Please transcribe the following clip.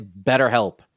BetterHelp